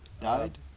Died